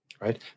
right